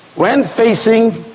when facing